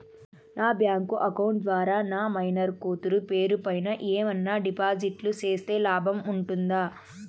నా bank account ద్వారా నా మైనర్ కూతురు పేరు పైన ఏమన్నా డిపాజిట్లు సేస్తే లాభం ఉంటుందా?